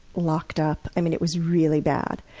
locked up i mean, it was really bad.